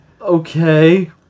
okay